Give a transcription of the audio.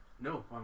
No